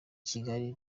kigali